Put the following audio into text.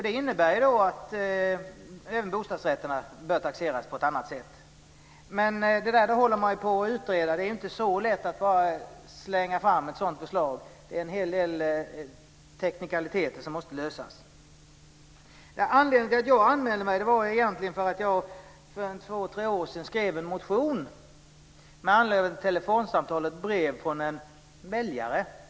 Det innebär att även bostadsrätterna bör taxeras på ett annat sätt. Det håller man på att utreda. Det är inte så lätt att bara slänga fram ett sådant förslag. Det är en hel del teknikaliteter som måste lösas. Anledningen till att jag anmälde mig till debatten är att jag för två tre år sedan skrev en motion med anledning av ett telefonsamtal och ett brev från en väljare.